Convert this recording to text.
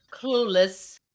Clueless